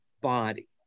body